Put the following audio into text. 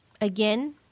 again